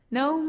no